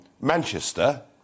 Manchester